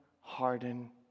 harden